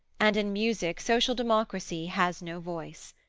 and in music social democracy has no voice.